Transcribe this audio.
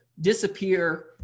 disappear